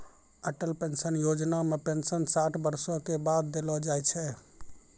Atal pension Yojana मे pension साठ बरसो के बाद देलो जाय छै